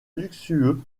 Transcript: luxueux